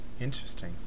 Interesting